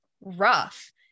rough